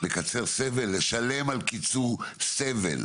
לקצר סבל, לשלם על קיצור סבל.